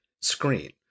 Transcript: screen